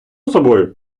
собою